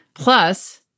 Plus